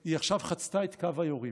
היא עכשיו חצתה את קו היורים.